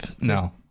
No